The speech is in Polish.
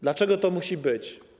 Dlaczego tak musi być?